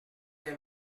des